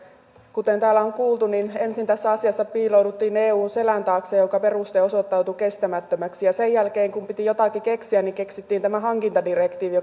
kuten täällä on kuultu ensin tässä asiassa piilouduttiin eun selän taakse joka peruste osoittautui kestämättömäksi ja sen jälkeen kun piti jotakin keksiä niin keksittiin tämä hankintadirektiivi